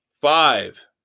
Five